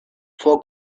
fou